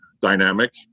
dynamic